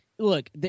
look